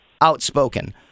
outspoken